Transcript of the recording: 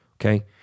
okay